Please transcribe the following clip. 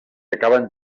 acaben